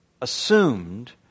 assumed